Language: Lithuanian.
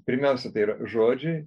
pirmiausia tai yra žodžiai